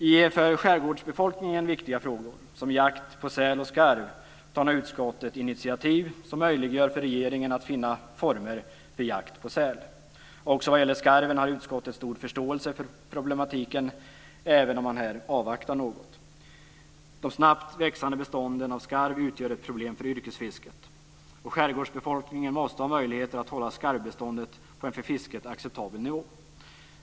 I för skärgårdsbefolkningen viktiga frågor, som jakt på säl och skarv, tar nu utskottet initiativ som möjliggör för regeringen att finna former för jakt på säl. Också vad gäller skarven har utskottet stor förståelse för problematiken, även om man här avvaktar något. De snabbt växande bestånden av skarv utgör ett problem för yrkesfisket. Skärgårdsbefolkningen måste ha möjligheter att hålla skarvbeståndet på en för fisket acceptabel nivå.